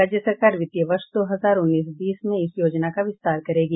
राज्य सरकार वित्तीय वर्ष दो हजार उन्नीस बीस में इस योजना का विस्तार करेगी